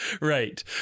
Right